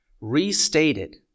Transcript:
restated